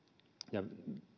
ja